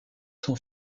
sont